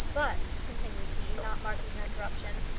but, continued he, not marking her interruption,